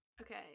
Okay